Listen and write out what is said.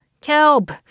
Kelp